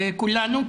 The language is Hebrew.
כולנו,